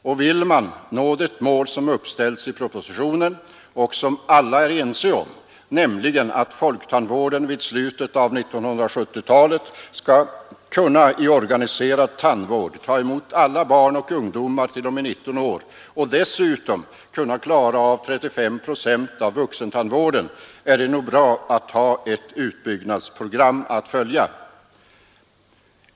Och vill man nå det mål som uppställs i propositionen och som alla är ense om, nämligen att folktandvården i slutet av 1970-talet skall kunna i organiserad tandvård ta emot alla barn och ungdomar t.o.m. 19 år och dessutom kunna klara av 35 procent av vuxentandvården, är det nog bra att ha ett utbyggnadsprogram att följa.